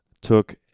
took